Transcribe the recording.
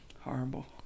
horrible